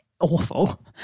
awful